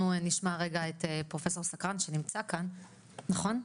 אנחנו נשמע רגע את פרופסור סקרן שנמצא כאן, נכון?